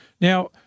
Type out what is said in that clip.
Now